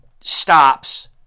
stops